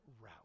route